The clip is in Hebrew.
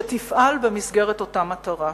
שתפעל במסגרת אותה מטרה.